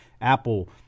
Apple